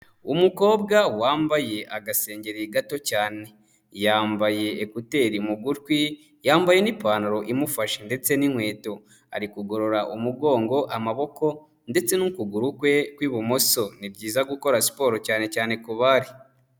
Umukobwa wambaye agasengeri gato cyane, yambaye ekuteri mu gutwi, yambaye n'ipantaro imufashe ndetse n'inkweto, ari kugorora umugongo, amaboko ndetse n'ukuguru kwe kw'ibumoso. Ni byiza gukora siporo cyane cyane kubari.